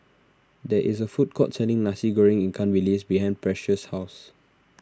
there is a food court selling Nasi Goreng Ikan Bilis behind Precious' house